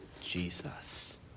Jesus